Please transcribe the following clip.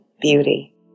beauty